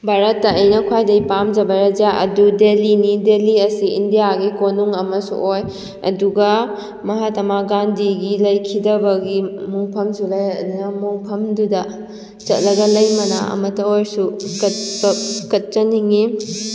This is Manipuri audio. ꯚꯥꯔꯠꯇ ꯑꯩꯅ ꯈ꯭ꯋꯥꯏꯗꯩ ꯄꯥꯝꯖꯕ ꯔꯥꯏꯖ ꯑꯗꯨ ꯗꯦꯜꯂꯤꯅꯤ ꯗꯦꯜꯂꯤ ꯑꯁꯤ ꯏꯟꯗꯤꯌꯥꯒꯤ ꯀꯣꯅꯨꯡ ꯑꯃꯁꯨ ꯑꯣꯏ ꯑꯗꯨꯒ ꯃꯍꯥꯇꯃ ꯒꯥꯟꯙꯤꯒꯤ ꯂꯩꯈꯤꯗꯕꯒꯤ ꯃꯣꯡꯐꯝꯁꯨ ꯂꯩ ꯑꯗꯨꯅ ꯃꯣꯡꯐꯝꯗꯨꯗ ꯆꯠꯂꯒ ꯂꯩ ꯃꯅꯥ ꯑꯃꯇ ꯑꯣꯏꯁꯨ ꯀꯠꯄ ꯀꯠꯆꯅꯤꯡꯉꯤ